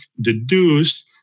deduce